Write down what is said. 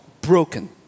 broken